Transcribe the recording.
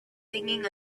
singing